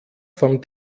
vom